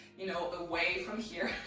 you know, away from here.